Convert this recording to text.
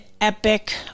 epic